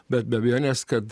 bet be abejonės kad